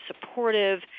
supportive